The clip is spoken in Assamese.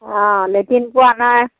অ লেটিনটো আমাৰ